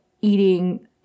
eating